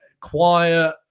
quiet